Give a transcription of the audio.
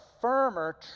firmer